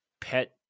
pet